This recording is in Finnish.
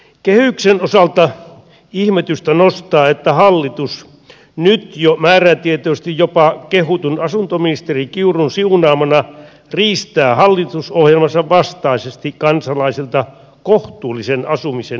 kehyksien osalta ihmetystä nostaa että hallitus nyt jo määrätietoisesti jopa kehutun asuntoministerin kiurun siunaamana riistää hallitusohjelmansa vastaisesti kansalaisilta kohtuullisen asumisen edellytyksiä